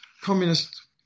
communist